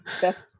best